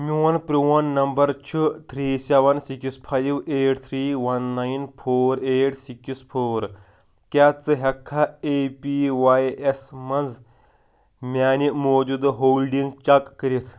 میٛون پرٛون نمبر چھُ three seven six five eight three one nine four eight six four کیٛاہ ژٕ ہٮ۪کٕکھا اَے پی واٮٔی ایس مَنٛز میٚانہِ موٗجوٗدٕ ہولڈِنٛگ چیک کٔرِتھ